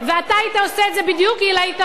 ואתה היית עושה את זה בדיוק אילו היית באופוזיציה.